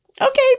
okay